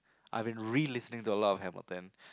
I've been really listening to a lot of Hamilton